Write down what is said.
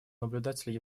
наблюдатель